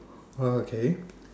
oh okay